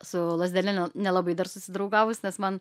su lazdele ne nelabai dar susidraugavus nes man